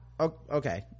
okay